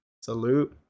salute